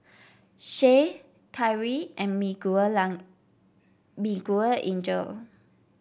Che Kyrie and Miguelangel